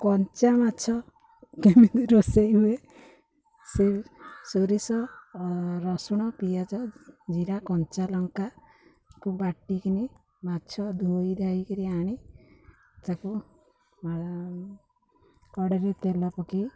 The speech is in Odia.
କଞ୍ଚା ମାଛ କେମିତି ରୋଷେଇ ହୁଏ ସେ ସୋରିଷ ରସୁଣ ପିଆଜ ଜିରା କଞ୍ଚା ଲଙ୍କାକୁ ବାଟିକି ମାଛ ଧୋଇ ଧାଇ କରି ଆଣି ତାକୁ କଡ଼େଇରେ ତେଲ ପକାଇ